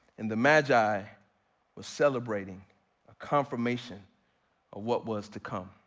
and the magi was celebrating a confirmation of what was to come.